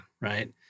Right